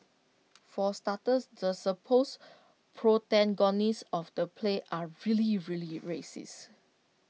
for starters the supposed protagonists of the play are really really racist